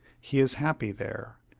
he is happy there.